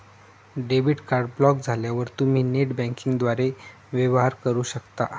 debit card block झाल्यावर तुम्ही net बँकिंगद्वारे वेवहार करू शकता